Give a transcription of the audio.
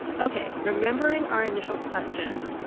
ok remembering our initial question,